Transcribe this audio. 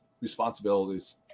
responsibilities